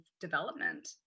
development